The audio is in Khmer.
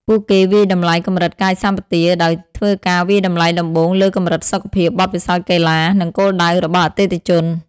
ពួកគេវាយតម្លៃកម្រិតកាយសម្បទា ដោយធ្វើការវាយតម្លៃដំបូងលើកម្រិតសុខភាព បទពិសោធន៍កីឡា និងគោលដៅរបស់អតិថិជន។